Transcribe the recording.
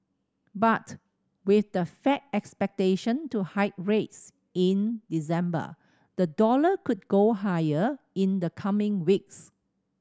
but with the Fed expected to hike rates in December the dollar could go higher in the coming weeks